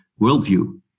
worldview